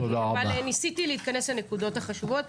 אבל ניסיתי להתכנס לנקודות החשובות.